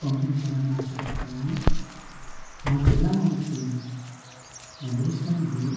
పంపించాలని ఆశ పడుతున్నాను మా చిరునామా వచ్చి అదృష్టం బి